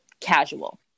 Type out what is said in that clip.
Casual